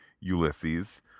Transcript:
Ulysses